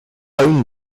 own